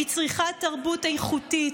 מצריכת תרבות איכותית,